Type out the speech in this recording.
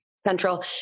central